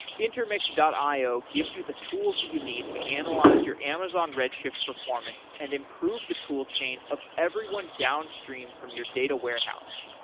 intermix io gives you the tools that you need to analyze your amazon redshift performance and improve the toolchain of everyone downstream from your data warehouse.